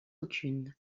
aucune